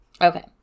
Okay